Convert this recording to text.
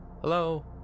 Hello